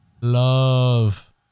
love